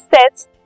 sets